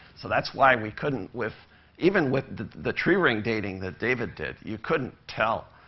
so that's why we couldn't with even with the tree ring dating that david did, you couldn't tell,